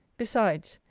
besides,